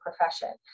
profession